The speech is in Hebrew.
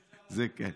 זה, כן.